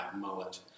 mullet